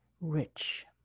rich